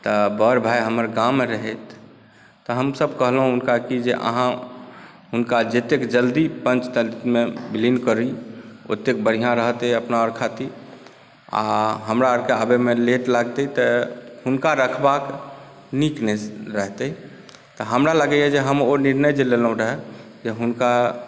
तऽ बड़ऽ भाय हमर गाममे रहय तऽ हमसभ कहलहुँ हुनका कि जे अहाँ हुनका जतेक जल्दी पञ्चतत्वमे विलीन करी ओतेक बढिआँ रहतैय अपना अर खातिर आ हमराअरके आबयमे लेट लागतैय तेँ हुनका रखबाक नीक नहि रहतैय तऽ हमरा लागैय जे हम ओ निर्णय जे लेने रहहुँ जे हुनका